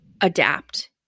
adapt